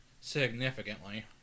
significantly